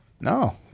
No